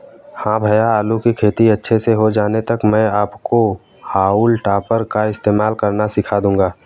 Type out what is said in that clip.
हां भैया आलू की खेती अच्छे से हो जाने तक मैं आपको हाउल टॉपर का इस्तेमाल करना सिखा दूंगा